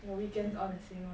your weekends all the same [one]